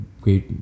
great